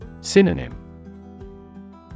Synonym